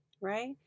right